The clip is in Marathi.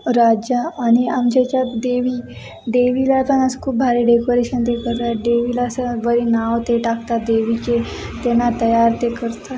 राजा आणि आमच्या ह्याच्यात देवी देवीला पण असं खूप भारी डेकोरेशन ते करतात देवीला असं बरी नाव ते टाकतात देवीचे त्यांना तयार ते करतात